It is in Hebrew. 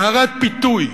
נערת פיתוי.